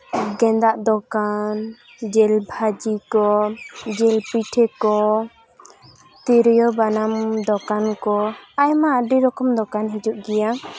ᱜᱮᱸᱫᱟᱜ ᱫᱚᱠᱟᱱ ᱡᱤᱞ ᱵᱷᱟᱹᱡᱤ ᱠᱚ ᱡᱤᱞ ᱯᱤᱴᱷᱟᱹ ᱠᱚ ᱛᱤᱨᱭᱳ ᱵᱟᱱᱟᱢ ᱫᱚᱠᱟᱱ ᱠᱚ ᱟᱭᱢᱟ ᱟᱹᱰᱤᱨᱚᱠᱚᱢ ᱫᱚᱠᱟᱱ ᱦᱤᱡᱩᱜ ᱜᱮᱭᱟ